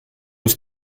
ist